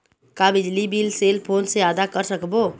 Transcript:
का बिजली bill cell phone से आदा कर सकबो?